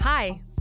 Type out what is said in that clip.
Hi